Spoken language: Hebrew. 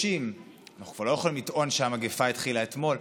אנחנו כבר לא יכולים לטעון שהמגפה התחילה אתמול.